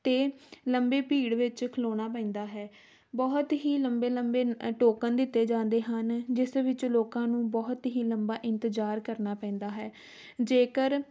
ਅਤੇ ਲੰਬੇ ਭੀੜ ਵਿੱਚ ਖਲੋਣਾ ਪੈਂਦਾ ਹੈ ਬਹੁਤ ਹੀ ਲੰਬੇ ਲੰਬੇ ਟੋਕਨ ਦਿੱਤੇ ਜਾਂਦੇ ਹਨ ਜਿਸ ਵਿੱਚ ਲੋਕਾਂ ਨੂੰ ਬਹੁਤ ਹੀ ਲੰਬਾ ਇੰਤਜ਼ਾਰ ਕਰਨਾ ਪੈਂਦਾ ਹੈ ਜੇਕਰ